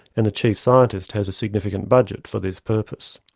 and the chief scientist has a significant budget for this purpose.